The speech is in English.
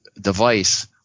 device